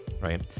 right